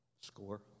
Score